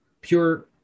pure